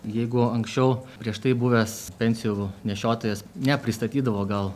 jeigu anksčiau prieš tai buvęs pensijų nešiotojas nepristatydavo gal